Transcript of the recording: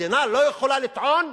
מדינה לא יכולה לטעון: